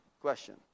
Question